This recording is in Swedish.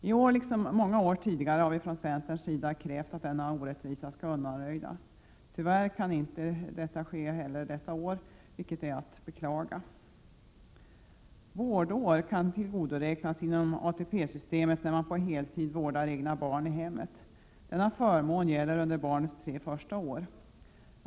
I år liksom många år tidigare har vi från centerns sida krävt att denna orättvisa skall undanröjas. Tyvärr kan detta inte ske i år heller, vilket är att beklaga. Vårdår kan tillgodoräknas inom ATP-systemet när man på heltid vårdar egna barn i hemmet. Denna förmån gäller under barnets tre första år.